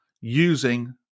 using